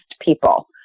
people